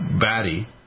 batty